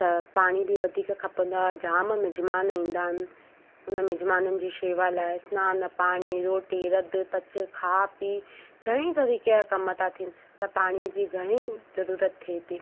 त पाणी बि वधीक खपंदो आहे जाम मिजिमान ईंदा आहिनि हुन मिजिमाननि जी शेवा लाइ सनान पाणी रोटी रध पचु खां पी घणेई तरीक़े जा कमु था थियनि त पाणीअ जी घणेई ज़रूरत थिए थी